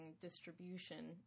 distribution